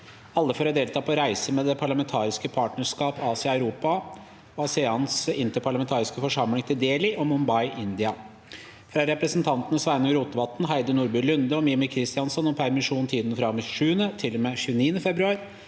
alle for å delta på reise med det parlamentariske partnerskap Asia–Europa og ASEANs interparlamentariske forsamling til Delhi og Mumbai, India. – fra representantene Sveinung Rotevatn, Heidi Nordby Lunde og Mímir Kristjánsson om permisjon i tiden fra og med 27. til og med 29. februar